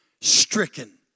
stricken